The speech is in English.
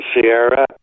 Sierra